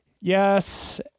Yes